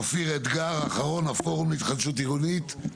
אופיר אתגר, הפורום להתחדשות עירונית.